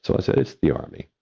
so i said it's the army,